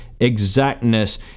exactness